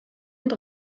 und